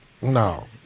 No